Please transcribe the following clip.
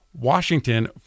Washington